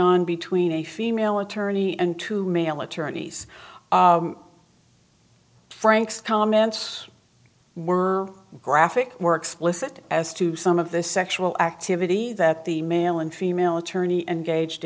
on between a female attorney and two male attorneys frank's comments were graphic more explicit as to some of the sexual activity that the male and female attorney and gage